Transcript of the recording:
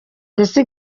ndetse